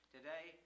Today